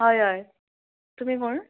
हय हय तुमी कोण